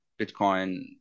Bitcoin